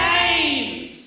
Names